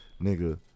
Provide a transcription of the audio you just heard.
nigga